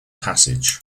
passage